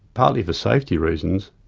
partly for safety reasons,